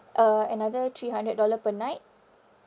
uh another three hundred dollar per night